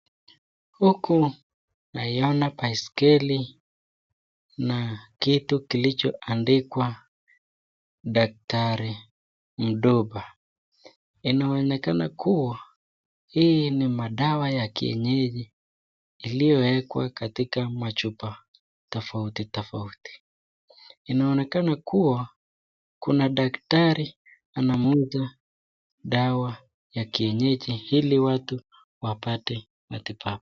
Huku naiona baiskeli na kitu kilicho andikwa daktari Mduba. Inaonekana kuwa hii ni madawa ya kienyeji iliyowekwa katika machupa tofauti tofauti. Inaonekana kuwa kuna daktari anauza dawa ya kienyeji ili watu wapate matibabu.